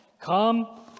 Come